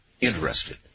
interested